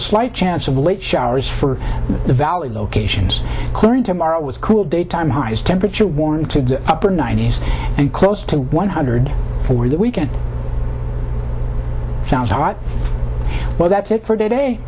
a slight chance of late showers for the valley locations clearing tomorrow with cool daytime highs temperature warranted upper ninety's and close to one hundred for that weekend sounds a lot well that's it for today